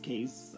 case